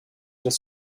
des